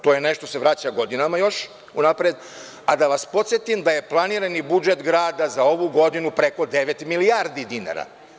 To je nešto što se vraća godinama još unapred, a da vas podsetim da je planirani budžet grada za ovu godinu preko devet milijardi dinara.